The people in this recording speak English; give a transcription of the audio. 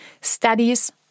Studies